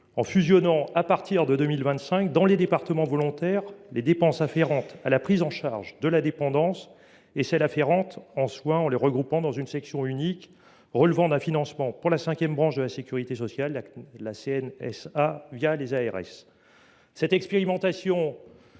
en fusionnant à compter de 2025, dans les départements volontaires, les dépenses afférentes à la prise en charge de la dépendance et celles afférentes aux soins, en les regroupant dans une section unique relevant d’un financement par la cinquième branche de la sécurité sociale, la Caisse nationale de solidarité